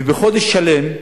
ובחודש שלם,